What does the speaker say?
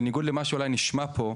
בניגוד למה שאולי נשמע פה,